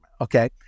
Okay